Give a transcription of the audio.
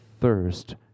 thirst